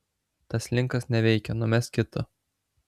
tas linkas neveikia numesk kitą